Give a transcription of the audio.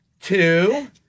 Two